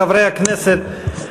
חברי הכנסת,